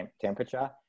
temperature